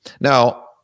now